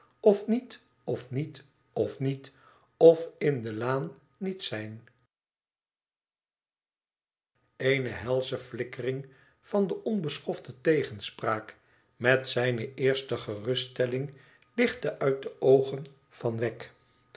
of niet of niet of niet of in de laan niet zijn eene helsche flikkering van de onbeschofte tegenspraak met zijne eerste geruststelling lichtte uit de oogen van wegg